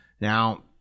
Now